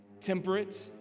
temperate